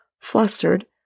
flustered